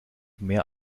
mehr